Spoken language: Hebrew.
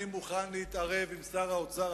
אני מוכן להתערב עם שר האוצר,